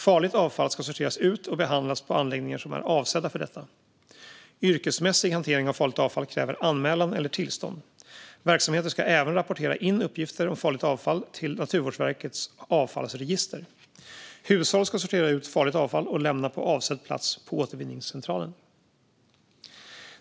Farligt avfall ska sorteras ut och behandlas på anläggningar som är avsedda för detta. Yrkesmässig hantering av farligt avfall kräver anmälan eller tillstånd. Verksamheter ska även rapportera in uppgifter om farligt avfall till Naturvårdsverkets avfallsregister. Hushåll ska sortera ut farligt avfall och lämna det på avsedd plats på återvinningscentralen.